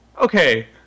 Okay